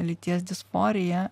lyties disforiją